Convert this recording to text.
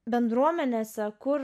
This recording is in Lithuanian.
bendruomenėse kur